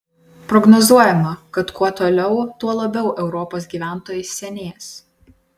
prognozuojama kad kuo toliau tuo labiau europos gyventojai senės